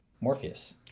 Morpheus